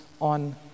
on